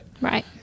Right